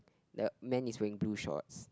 the man is wearing blue shorts